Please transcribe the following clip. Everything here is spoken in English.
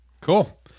Cool